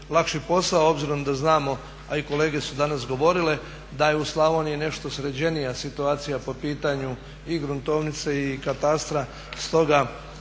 lakši posao obzirom da znamo, a i kolege su danas govorile da je u Slavoniji nešto sređenija situacija po pitanju i gruntovnice i katastra.